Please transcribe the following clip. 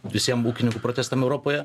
visiem ūkininkų protestam europoje